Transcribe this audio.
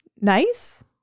nice